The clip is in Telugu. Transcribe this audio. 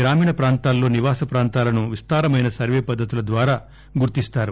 గ్రామీణ ప్రాంతాలలో నివాస ప్రాంతాలను విస్తారమైన సర్వే పద్దతుల ద్వారా గుర్తిస్తారు